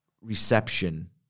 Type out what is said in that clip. reception